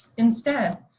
instead,